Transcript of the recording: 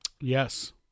Yes